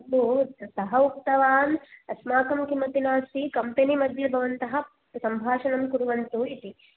अस्तु सः उक्तवान् अस्माकं किम् अपि नास्ति कम्पनी मध्ये भवन्तः सम्भाषणं कुर्वन्तु इति